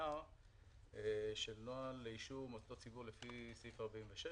נייר של נוהל לאישור מוסדות ציבור לפי סעיף 46,